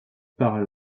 par